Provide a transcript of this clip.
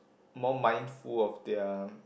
more mindful of their